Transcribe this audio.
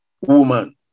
Woman